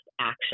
action